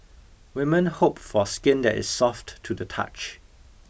women hope for skin that is soft to the touch